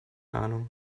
ahnung